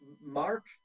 Mark